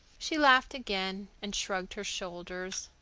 she laughed again and shrugged her shoulders.